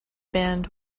band